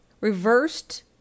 reversed